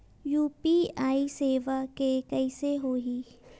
UPI सेवा के कइसे होही?